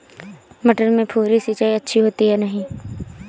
मटर में फुहरी सिंचाई अच्छी होती है या नहीं?